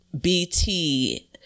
BT